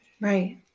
Right